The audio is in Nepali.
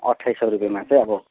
अट्ठाइस सौ रुपियाँमा चाहिँ अब